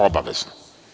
Obavezno.